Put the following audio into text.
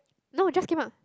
no just came out